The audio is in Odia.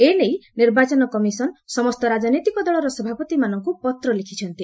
ଏନେଇ ନିର୍ବାଚନ କମିଶନ ସମସ୍ତ ରାଜନୈତିକ ଦଳର ସଭାପତିମାନଙ୍କୁ ପତ୍ର ଲେଖିଛନ୍ତି